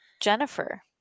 Jennifer